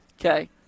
Okay